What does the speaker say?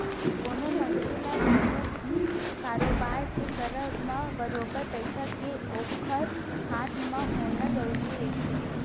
कोनो मनखे ल कोनो भी कारोबार के करब म बरोबर पइसा के ओखर हाथ म होना जरुरी रहिथे